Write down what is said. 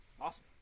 Awesome